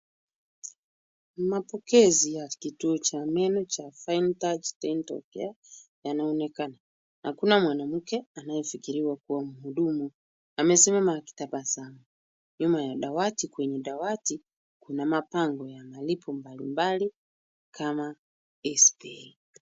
Mapokezi ya kituo cha meno cha fine touch dental care yanaonekana na kuna mwanamke anayefikiriwa kuwa mhudumu. Amesimama akitabasamu nyuma ya dawati. Kwenye dawati kuna mabango ya malipo mbalimbali kama eazzypay .